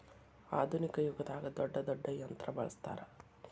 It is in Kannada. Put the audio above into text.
ಆದುನಿಕ ಯುಗದಾಗ ದೊಡ್ಡ ದೊಡ್ಡ ಯಂತ್ರಾ ಬಳಸ್ತಾರ